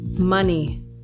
money